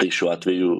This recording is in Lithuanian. tai šiuo atveju